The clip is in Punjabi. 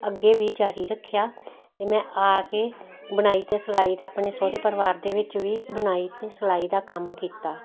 ਅੱਗੇ ਵੀ ਜਾਰੀ ਰੱਖਿਆ ਅਤੇ ਮੈਂ ਆ ਕੇ ਬੁਣਾਈ ਅਤੇ ਸਿਲਾਈ ਆਪਣੇ ਸੋਹਰੇ ਪਰਿਵਾਰ ਦੇ ਵਿੱਚ ਵੀ ਬੁਣਾਈ ਅਤੇ ਸਿਲਾਈ ਦਾ ਕੰਮ ਕੀਤਾ